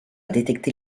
détecter